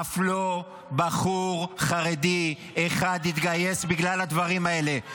אף לא בחור חרדי אחד יתגייס בגלל הדברים האלה.